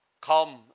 Come